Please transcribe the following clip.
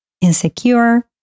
insecure